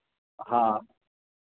हाँ